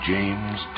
James